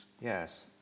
Yes